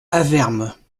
avermes